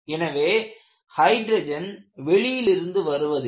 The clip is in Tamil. எனவே ஹைட்ரஜன் வெளியிலிருந்து வருவதில்லை